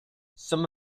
some